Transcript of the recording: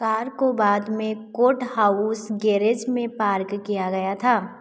car को बाद में कोर्ट हाउस गैरेज में पार्क किया गया था